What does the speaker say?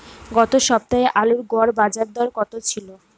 গত সপ্তাহে আলুর গড় বাজারদর কত ছিল?